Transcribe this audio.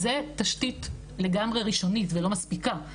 אז זו תשתית לגמרי ראשונית לא מספיקה,